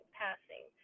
passing